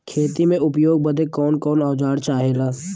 खेती में उपयोग बदे कौन कौन औजार चाहेला?